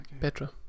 Petra